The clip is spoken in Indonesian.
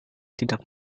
tidak